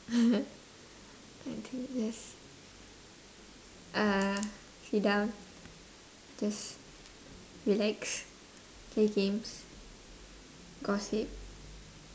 I think just uh sit down just relax play games gossip